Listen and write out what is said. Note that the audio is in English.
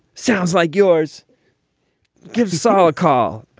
sounds like yours gives us all a call,